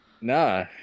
Nah